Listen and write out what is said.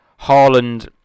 Haaland